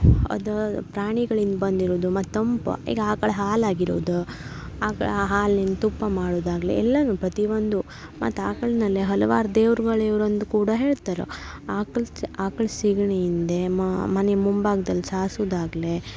ಅದು ಪ್ರಾಣಿಗಳಿಂದ ಬಂದಿರುವುದು ಮತ್ತು ತಂಪು ಈಗ ಆಕಳ ಹಾಲಾಗಿರೋದು ಆಕ್ ಆ ಹಾಲಿನ ತುಪ್ಪ ಮಾಡುದಾಗಲಿ ಎಲ್ಲನೂ ಪ್ರತಿ ಒಂದು ಮತ್ತು ಆಕಳಿನಲ್ಲೆ ಹಲವಾರು ದೇವ್ರ್ಗಳಿವ್ರು ಅಂದು ಕೂಡ ಹೇಳ್ತರೆ ಆಕಲ್ ಚ ಆಕ್ಳ ಸೆಗ್ಣಿಯಿಂದ ಮನೆ ಮುಂಭಾಗ್ದಲ್ಲಿ ಸಾಸುದಾಗ್ಲಿ